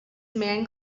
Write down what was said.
man